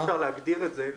כן אפשר להגדיר את זה.